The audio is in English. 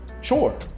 Sure